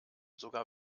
sogar